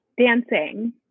dancing